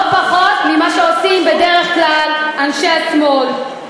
לא פחות ממה שעושים בדרך כלל אנשי השמאל.